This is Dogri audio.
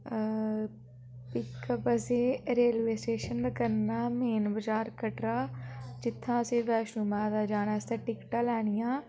इक बस एह् रेलवे स्टेशन दा करना मेन बजार कटरा जित्थां असें बैश्णो माता जाने आस्तै टिकटां लैनियां